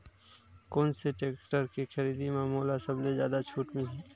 कोन से टेक्टर के खरीदी म मोला सबले जादा छुट मिलही?